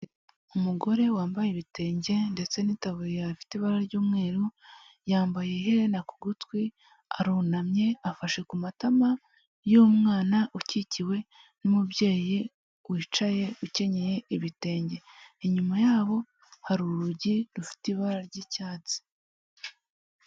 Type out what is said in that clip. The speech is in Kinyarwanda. Umugore wambaye ibitenge ndetse n'itaburiya ifite ibara ry'umweru, yambaye iherena ku gutwi, arunamye afashe ku matama y'umwana ukikiwe n'umubyeyi wicaye ukenyeye ibitenge. Inyuma yabo hari urugi rufite ibara ry'icyatsi.